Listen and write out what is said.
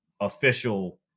official